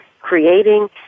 creating